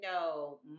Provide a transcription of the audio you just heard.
No